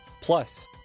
plus